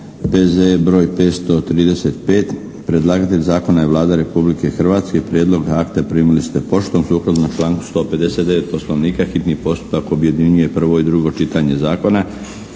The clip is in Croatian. P.Z.E. br. 535. Predlagatelj zakona je Vlada Republike Hrvatske. Prijedlog akta primili ste poštom. Sukladno članku 159. Poslovnika hitni postupak objedinjuje prvo i drugo čitanje zakona.